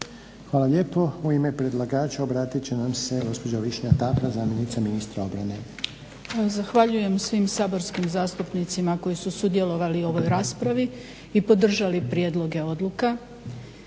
Hvala lijepo. U ime predlagača obratit će nam se gospođa Višnja Tafra zamjenica ministra obrane. **Tafra, Višnja** Zahvaljujem svim saborskim zastupnicima koji su sudjelovali u ovoj raspravi i podržali prijedloge odluka.